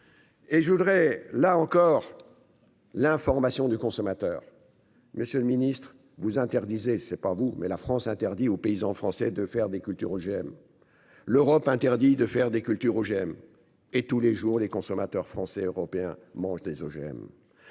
Et je voudrais là encore. L'information du consommateur. Monsieur le Ministre vous interdisez je sais pas vous mais la France interdit aux paysans français de faire des cultures OGM. L'Europe interdit de faire des cultures OGM et tous les jours des consommateurs français et européens mangent des OGM.